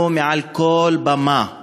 אנחנו מעל כל במה אומרים: